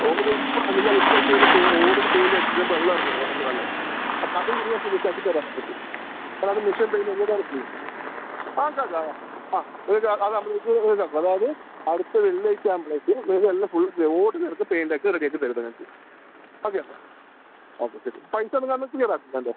ഓട് ഇപ്പോൾ അങ്ങനെ ഞാൻ ഇപ്പൾത്തെ ഈൻ്റത്ത് ഓടിന് പെയിൻറ്റ് അടിച്ച് വെള്ളം ഇറങ്ങും ഓടല്ലെ നല്ലത് അപ്പോൾ അതും കൂടി ഞാൻ ഫിനിഷാക്കിത്തരാൻ വേണ്ടിയിട്ട് ആ അത് മിഷൻ പെയിൻ്റ് ഇറക്കി ആക്കാം ആക്കാം ആ ഏത് അത് നമുക്ക് ഇതാക്കും അതായത് അടുത്ത വെള്ളിയാഴ്ച ആവുമ്പോഴേക്കും ഇതെല്ലാം ഫുള്ള് ക്ലിയർ ഓടിന് അടക്കം പെയിൻ്റ് ഒക്കെ റെഡി ആക്കിത്തരും നിങ്ങൾക്ക് ഓക്കെ അല്ലെ ഓക്കെ ശരി പൈസ എന്നാൽ ഒന്ന് ക്ലിയറാക്കുകയും വേണ്ടെ